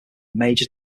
major